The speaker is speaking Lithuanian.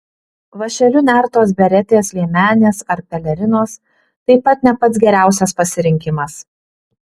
vąšeliu nertos beretės liemenės ar pelerinos taip pat ne pats geriausias pasirinkimas